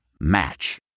Match